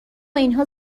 اینها